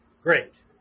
great